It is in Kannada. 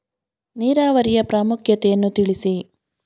ನೀರಾವರಿಯ ಪ್ರಾಮುಖ್ಯತೆ ಯನ್ನು ತಿಳಿಸಿ?